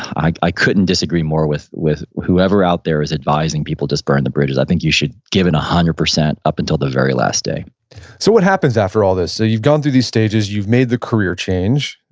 i i couldn't disagree more with with whoever out there is advising people just burn the bridges. i think you should give it one hundred percent up until the very last day so what happens after all this? so you've gone through these stages, you've made the career change.